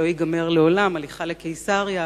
שלא ייגמר לעולם" הליכה לקיסריה,